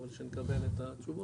אבל כשנקבל את התשובות,